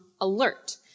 alert